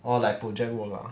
orh like project work lah